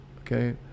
okay